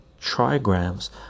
trigrams